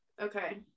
Okay